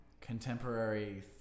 contemporary